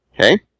Okay